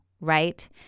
right